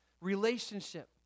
relationship